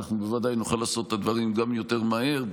אנחנו בוודאי נוכל לעשות את הדברים גם יותר מהר.